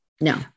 no